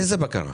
איזו בקרה?